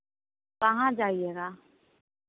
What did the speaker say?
कहाँ जाइएगा